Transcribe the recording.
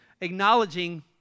acknowledging